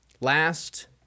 Last